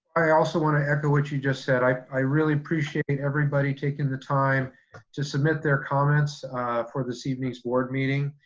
i also want to echo what you just said. i i really appreciate everybody taking the time to submit their comments for this evening's board meeting.